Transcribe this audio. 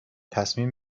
تصمیم